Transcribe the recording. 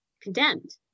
condemned